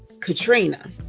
katrina